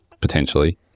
potentially